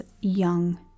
young